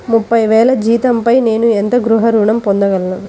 ముప్పై వేల జీతంపై నేను ఎంత గృహ ఋణం పొందగలను?